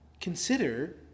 Consider